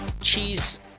Cheese